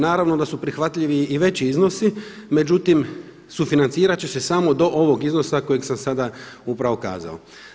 Naravno da su prihvatljivi i veći iznosi, međutim sufinancirati će se samo do ovog iznosa kojeg sam sada upravo kazao.